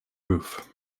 roof